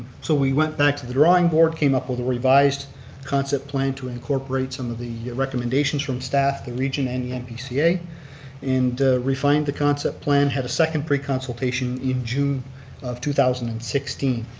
so we went back to the drawing board, came up with a revised concept plan to incorporate some of the recommendations from staff, the region and the npca and refined the concept plan, had a second pre-consultation in june of two thousand and sixteen.